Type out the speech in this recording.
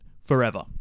forever